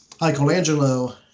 Michelangelo